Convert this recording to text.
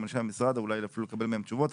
אנשי המשרד ואולי אפילו לקבל מהם תשובות,